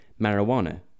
marijuana